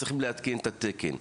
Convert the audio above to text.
צריך לעדכן את התקן.